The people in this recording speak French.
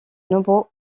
nombreux